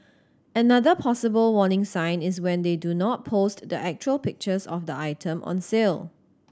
another possible warning sign is when they do not post the actual pictures of the item on sale